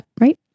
Right